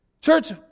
Church